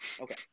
okay